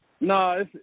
No